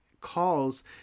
calls